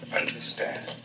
understand